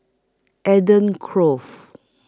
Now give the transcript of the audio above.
Eden